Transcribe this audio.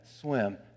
swim